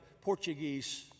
Portuguese